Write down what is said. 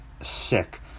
sick